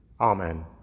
Amen